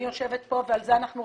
אני יושבת פה ועל זה אנחנו רבים.